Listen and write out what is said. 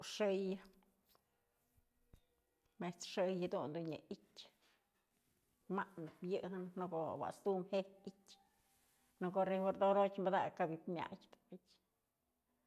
Tu'u xëyë, met's xëyë jadun dun nyë ityë, ma'atnëp yë në ko'o awat'stum je'ik i'ityë, në ko'o refrijerador padakëp kap ji'ib myadë ko'o ji'ib i'ityë.